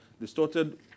Distorted